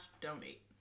donate